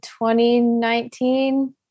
2019